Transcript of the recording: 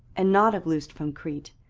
and not have loosed from crete,